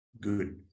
Good